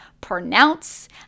pronounce